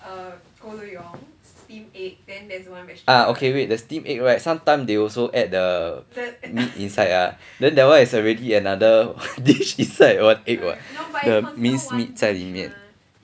ah okay wait the steam egg right sometime they also add the meat inside ah then that one already is another dish inside one egg what the minced meat 在里面